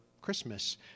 Christmas